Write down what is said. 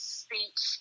speech